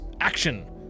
Action